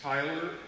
Tyler